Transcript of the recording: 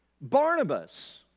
Barnabas